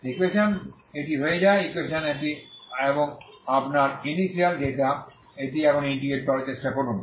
equation এটি হয়ে যায় ইকুয়েশন এটি এবং আপনার ইনিশিয়াল ডেটা এটি এখন ইন্টিগ্রেট করার চেষ্টা করুন